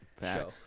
show